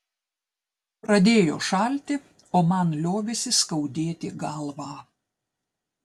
pradėjo šalti o man liovėsi skaudėti galvą